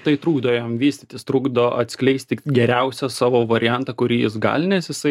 tai trukdo jam vystytis trukdo atskleisti geriausią savo variantą kurį jis gali nes jisai